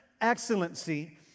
excellency